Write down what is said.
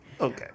Okay